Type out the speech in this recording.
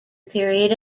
period